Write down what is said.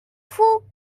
fous